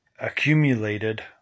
accumulated